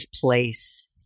place